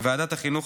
ועדת החינוך,